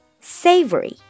savory